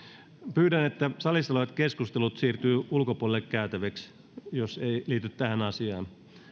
pyydän että salissa olevat keskustelut siirtyvät ulkopuolella käytäviksi jos eivät liity tähän asiaan